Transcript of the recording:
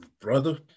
brother